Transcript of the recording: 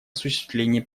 осуществлении